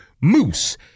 Moose